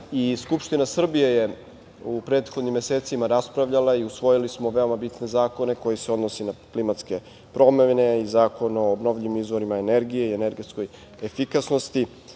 itd. Skupština Srbije je u prethodnim mesecima raspravljala i usvojili smo veoma bitne zakone koji se odnose na klimatske promene i Zakon o obnovljivim izvorima energije i energetskoj efikasnosti.